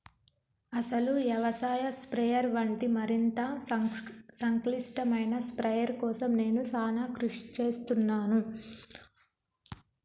అసలు యవసాయ స్ప్రయెర్ వంటి మరింత సంక్లిష్టమైన స్ప్రయెర్ కోసం నేను సానా కృషి సేస్తున్నాను